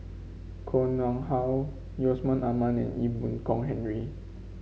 Koh Nguang How Yusman Aman and Ee Boon Kong Henry